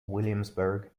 williamsburg